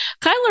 Kyler